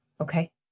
Okay